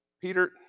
Peter